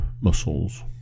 muscles